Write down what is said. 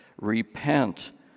repent